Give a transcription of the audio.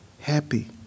Happy